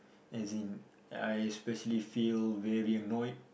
as in I especially feel very annoyed